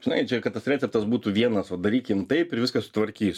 žinai kad tas receptas būtų vienas o darykim taip ir viską sutvarkys